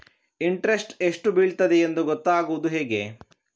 Interest ಎಷ್ಟು ಬೀಳ್ತದೆಯೆಂದು ಗೊತ್ತಾಗೂದು ಹೇಗೆ?